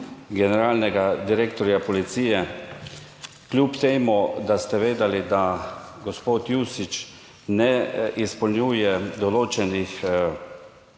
generalnega direktorja policije kljub temu, da ste vedeli, da gospod Jušić ne izpolnjuje določenih